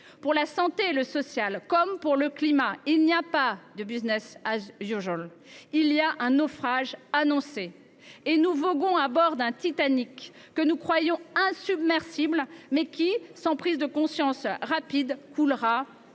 Pour la santé et le social, comme pour le climat, il n’y a pas de ! Il y a un naufrage annoncé, et nous voguons à bord d’un Titanic que nous croyons insubmersible, mais qui, sans prise de conscience rapide, coulera assurément.